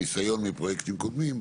ניסיון מפרויקטים קודמים,